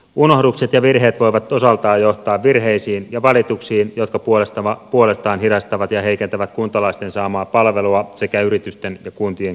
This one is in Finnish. unohdukset ja virheet voivat osaltaan johtaa virheisiin ja valituksiin jotka puolestaan hidastavat ja heikentävät kuntalaisten saamaa palvelua sekä yritysten ja kuntien kehitystä